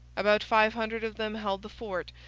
about five hundred of them held the fort,